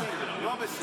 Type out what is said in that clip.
לא בסדר, לא בסדר.